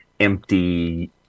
empty